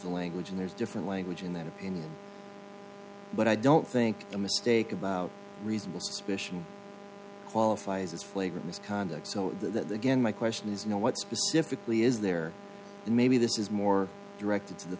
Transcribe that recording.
the language and there's different language in that opinion but i don't think a mistake about reasonable suspicion qualifies as flagrant misconduct so that again my question is no what specifically is there and maybe this is more directed to the